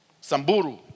Samburu